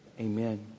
Amen